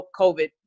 COVID